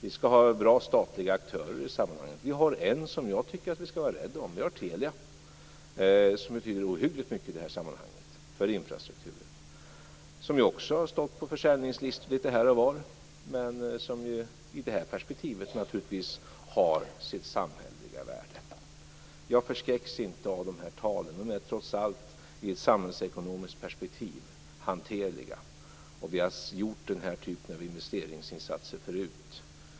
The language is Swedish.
Vi skall ha bra statliga aktörer i sammanhanget. Vi har en som jag tycker att vi skall vara rädda om; vi har Telia. Det betyder ohyggligt mycket i det här sammanhanget för infrastrukturen. Telia har ju också stått på försäljningslistor lite varstans, men i det här perspektivet har det naturligtvis sitt samhälleliga värde. Jag förskräcks inte av de här talen. De är trots allt hanterliga i ett samhällsekonomiskt perspektiv. Vi har gjort den här typen av investeringsinsatser förut.